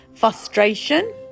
frustration